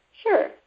sure